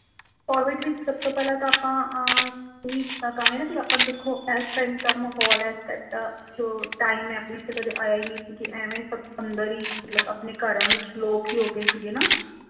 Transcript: Covid ਵਿੱਚ ਸਭ ਤੋਂ ਪਹਿਲਾਂ ਤਾਂ ਆਪਾਂ ਦੇਖੋ ਐਸ ਟਾਈਪ ਦਾ ਮਾਹੌਲ ਐਸ ਟਾਈਪ ਦਾ ਜੋ ਟਾਈਮ ਹੈ ਆਪਣੇ 'ਤੇ ਕਦੀ ਆਇਆ ਹੀ ਨਹੀਂ ਸੀ ਕਿ ਐਵੇਂ ਸਭ ਅੰਦਰ ਹੀ ਮਤਲਬ ਆਪਣੇ ਘਰਾਂ ਵਿੱਚ ਲੋਕ ਹੀ ਹੋ ਗਏ ਸੀਗੇ ਨਾ